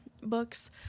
books